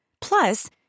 Plus